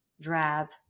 drab